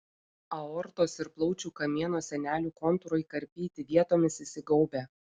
aortos ir plaučių kamieno sienelių kontūrai karpyti vietomis įsigaubę